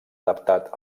adaptat